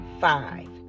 five